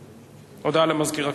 הודעה למזכיר הכנסת.